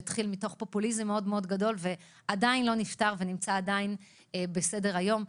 שהתחיל מתוך פופוליזם גדול מאוד ועדיין לא נפתר ונמצא עדיין בסדר היום.